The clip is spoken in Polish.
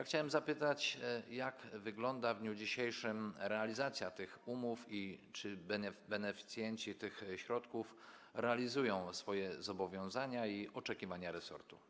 Chciałem zapytać, jak wygląda w dniu dzisiejszym realizacja tych umów i czy beneficjenci tych środków realizują swoje zobowiązania i oczekiwania resortu.